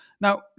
Now